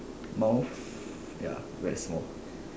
mouth ya very small